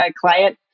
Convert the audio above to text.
client